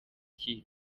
cy’i